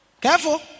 Careful